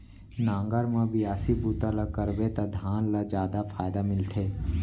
नांगर म बियासी बूता ल करबे त धान ल जादा फायदा मिलथे